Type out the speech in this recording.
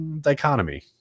dichotomy